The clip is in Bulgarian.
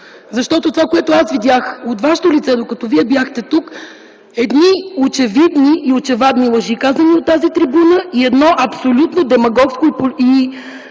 защото това, което видях от Вашето лице, докато Вие бяхте тук, са едни очевидни и очевадни лъжи, казани от тази трибуна, и едно абсолютно демагогско